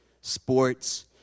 sports